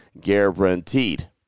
guaranteed